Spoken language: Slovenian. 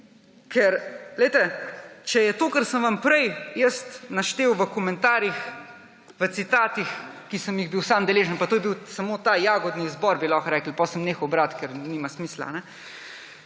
res, če je to, kar sem vam prej jaz naštel v komentarjih, v citatih, ki sem jih bil sam deležen – pa to je bil samo ta jagodni izbor, bi lahko rekli, potem sem nehal brati, ker nima smisla –